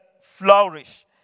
flourish